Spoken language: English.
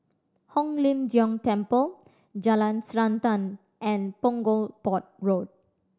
Hong Lim Jiong Temple Jalan Srantan and Punggol Port Road